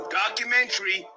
documentary